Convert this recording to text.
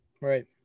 right